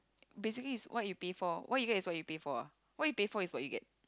basically it's what you pay for what you get is what you pay for ah what you pay for is what you get